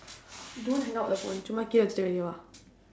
don't hang up the phone and stay where you are